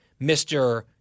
Mr